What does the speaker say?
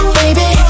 baby